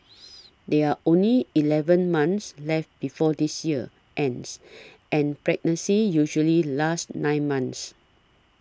there only eleven months left before this year ends and pregnancy usually lasts nine months